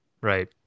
right